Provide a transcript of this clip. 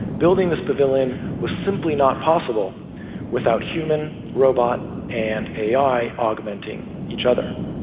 building this pavilion was simply not possible without human, robot and ai augmenting each other.